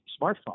smartphone